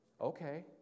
Okay